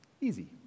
easy